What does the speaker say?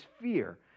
fear